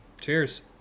Cheers